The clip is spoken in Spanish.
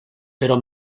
pero